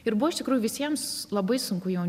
ir buvo iš tikrųjų visiems labai sunku jau